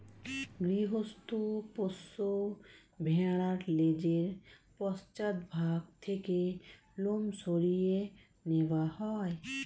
গৃহস্থ পোষ্য ভেড়ার লেজের পশ্চাৎ ভাগ থেকে লোম সরিয়ে নেওয়া হয়